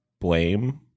blame